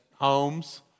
homes